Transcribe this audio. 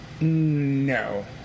No